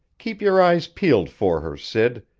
keep your eyes peeled for her, sid,